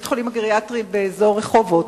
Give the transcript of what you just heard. הגריאטרי באזור רחובות.